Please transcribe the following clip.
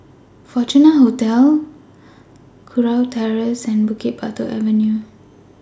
Fortuna Hotel Kurau Terrace and Bukit Batok Avenue